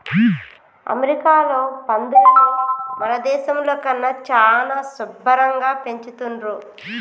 అమెరికాలో పందులని మన దేశంలో కన్నా చానా శుభ్భరంగా పెంచుతున్రు